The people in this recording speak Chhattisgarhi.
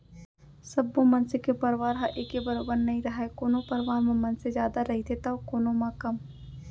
सब्बो मनसे के परवार ह एके बरोबर नइ रहय कोनो परवार म मनसे जादा रहिथे तौ कोनो म कम